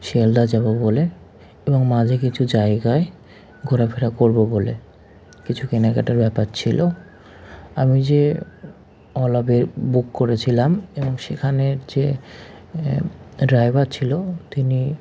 শিয়ালদা যাব বলে এবং মাঝে কিছু জায়গায় ঘোরাফেরা করব বলে কিছু কেনাকাটার ব্যাপার ছিল আমি যে ওলা বুক করেছিলাম এবং সেখানের যে ড্রাইভার ছিল তিনি